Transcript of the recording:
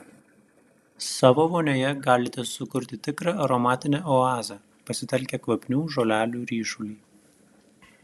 savo vonioje galite sukurti tikrą aromatinę oazę pasitelkę kvapnių žolelių ryšulį